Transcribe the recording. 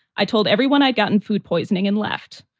i told everyone i'd gotten food poisoning and left.